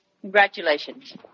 Congratulations